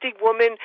woman